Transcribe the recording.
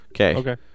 Okay